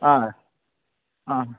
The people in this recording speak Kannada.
ಆಂ ಹಾಂ